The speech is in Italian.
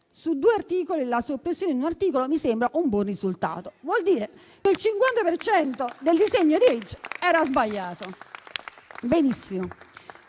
Su due articoli, la soppressione di un articolo mi sembra un buon risultato. Vuol dire che il 50 per cento del disegno di legge era sbagliato.